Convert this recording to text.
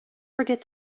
forget